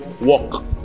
walk